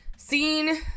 Seen